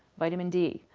vitamin d,